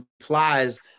implies